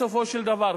בסופו של דבר,